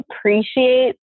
appreciate